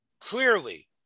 clearly